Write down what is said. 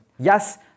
Yes